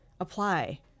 apply